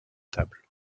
table